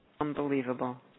Unbelievable